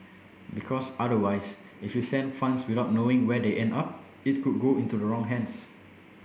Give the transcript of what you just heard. because otherwise if you send funds without knowing where they end up it could go into the wrong hands